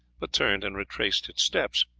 but turned and retraced its steps.